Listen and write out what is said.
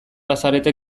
bazarete